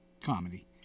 Comedy